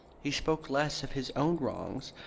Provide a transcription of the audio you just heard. he spoke less of his own wrongs,